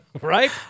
right